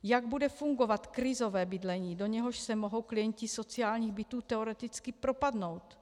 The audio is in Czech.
Jak bude fungovat krizové bydlení, do něhož se mohou klienti sociálních bytů teoreticky propadnout?